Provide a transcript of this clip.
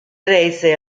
rese